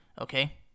okay